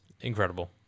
Incredible